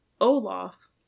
Olaf